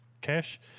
cash